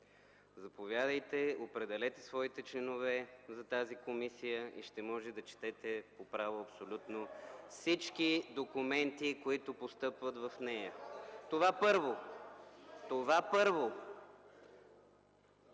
заповядайте, определете своите членове на тази комисия и ще можете да четете по право абсолютно всички документи, които постъпват в нея. (Шум и реплики в